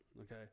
okay